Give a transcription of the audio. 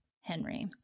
Henry